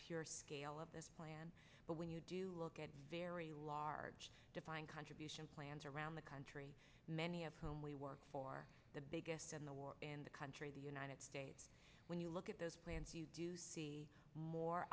pure scale of this plan but when you do look at very large defined contribution plans around the country many of whom we work for the biggest in the war in the country the united states when you look at those plans you do see more